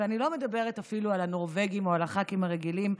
ואני לא מדברת אפילו על הנורבגים או על הח"כים הרגילים,